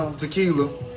tequila